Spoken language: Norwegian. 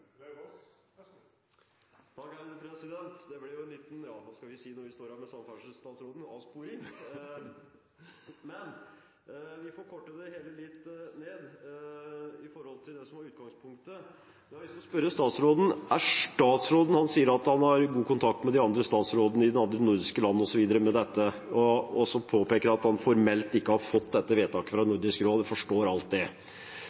Lauvås, ver så god. Det ble jo en liten – ja, hva skal vi si når vi står her med samferdselsstatsråden – avsporing, men vi får korte det hele litt ned i forhold til det som var utgangspunktet. Statsråden sier at han har god kontakt med statsrådene i de andre nordiske landene, osv. om dette, og så påpeker han at han formelt ikke har fått dette vedtaket fra Nordisk råd. Jeg forstår alt det.